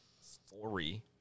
Story